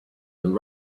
and